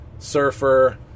Surfer